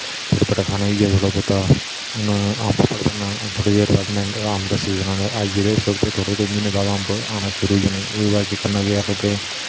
चटपटा खाने गी होई गया थोहडा बहूता हून आम पापड बनाने थोह्ड़े चिर बाद हून अंव दा सीजन आना शुरु होई जाने कोई महिने बाद अंब आना शुरु होई जाने ओहदे बाद करने के है कि लोकें